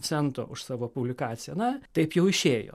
cento už savo publikaciją na taip jau išėjo